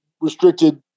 restricted